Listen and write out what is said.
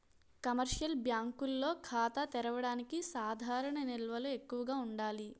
commercial బ్యాంకుల్లో ఖాతా తెరవడానికి సాధారణ నిల్వలు ఎక్కువగా ఉండాలి